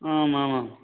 आम् आम् आम्